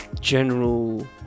general